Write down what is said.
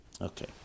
Okay